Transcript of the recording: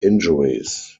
injuries